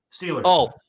Steelers